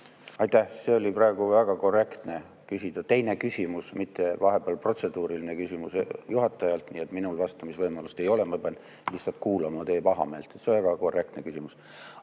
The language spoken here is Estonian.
Aitäh! See oli praegu väga korrektne küsida – teine küsimus, mitte vahepeal protseduuriline küsimus juhatajale, nii et minul vastamise võimalust ei ole. Ma pean lihtsalt kuulama teie pahameelt. See on korrektne küsimus,